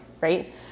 right